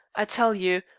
i tell you,